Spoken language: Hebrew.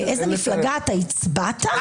לאיזו מפלגה הצבעת?